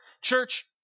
Church